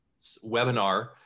webinar